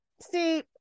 See